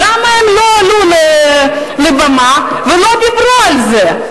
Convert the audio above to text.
למה הם לא עלו לבמה ולא דיברו על זה?